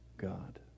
God